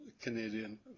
Canadian